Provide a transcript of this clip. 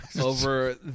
over